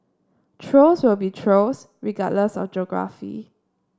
trolls will be trolls regardless of geography